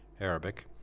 Arabic